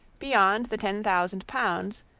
beyond the ten thousand pounds,